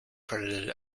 credited